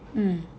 mm